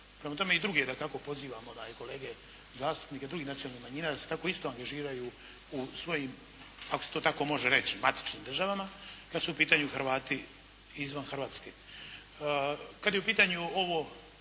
Prema tome i druge dakako pozivamo da i kolege zastupnike drugih nacionalnih manjina da se tako isto angažiraju u svojim, ako se to tako može reći matičnim državama kad su u pitanju Hrvati izvan Hrvatske.